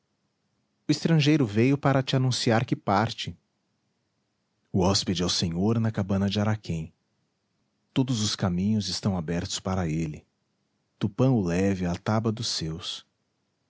o estrangeiro veio para te anunciar que parte o hóspede é o senhor na cabana de araquém todos os caminhos estão abertos para ele tupã o leve à taba dos seus